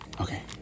Okay